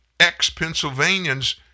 ex-Pennsylvanians